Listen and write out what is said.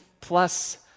plus